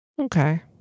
Okay